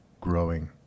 growing